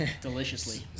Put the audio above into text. Deliciously